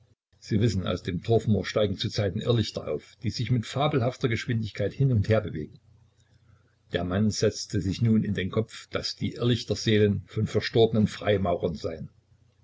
sie wissen aus dem torfmoor steigen zu zeiten irrlichter auf die sich mit fabelhafter geschwindigkeit hin und herbewegen der mann setzte sich nun in den kopf daß die irrlichter seelen von verstorbenen freimaurern seien